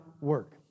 work